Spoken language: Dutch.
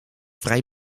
vrij